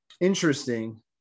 interesting